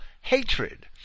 hatred